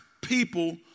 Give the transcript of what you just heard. people